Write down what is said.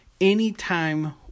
anytime